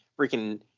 freaking